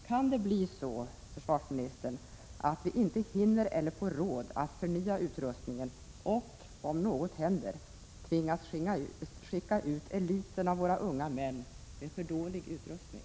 Kan det bli så, försvarsministern, att vi inte hinner eller inte får råd att förnya utrustningen och att vi — om något händer — tvingas skicka ut eliten av våra unga män med för dålig utrustning?